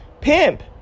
pimp